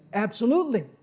absolutely.